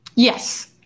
Yes